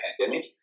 pandemic